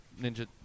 Ninja